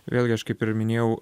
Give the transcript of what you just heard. vėlgi aš kaip ir minėjau